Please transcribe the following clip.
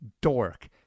dork